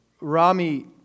Rami